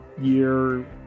year